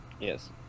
yes